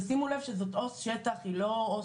זה לא היה קודם לכן?